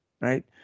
Right